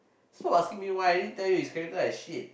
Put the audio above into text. stop asking me why I already told you his character like shit